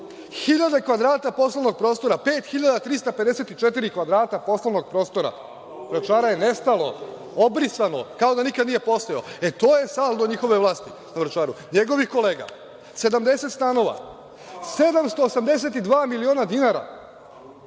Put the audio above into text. kvadrata poslovnog prostora, 5.354 kvadrata poslovnog prostora Vračara je nestalo, obrisano, kao da nikad nije postojalo. E, to je saldo njihove vlasti na Vračaru, njegovih kolega, 70 stanova, 782 miliona dinara.